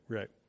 Right